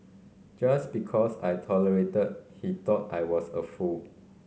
just because I tolerated he thought I was a fool